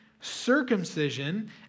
circumcision